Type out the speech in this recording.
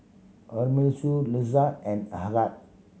Amirul Izzat and Ahad